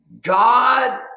God